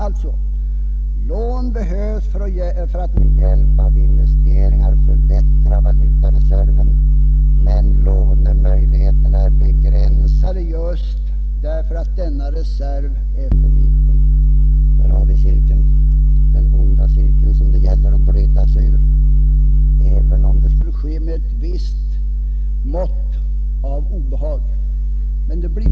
Det behövs alltså lån för att med hjälp av investeringar förbättra valutareserven. Men lånemöjligheterna är begränsade därför att valutareserven är för liten. Där har vi den onda cirkel som det gäller att bryta sig ur, även om det måste ske med ett visst mått av obehag.